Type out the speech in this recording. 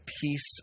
peace